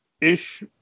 ish